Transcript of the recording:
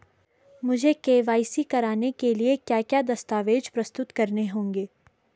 मुझे के.वाई.सी कराने के लिए क्या क्या दस्तावेज़ प्रस्तुत करने होंगे?